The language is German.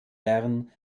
bern